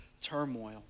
turmoil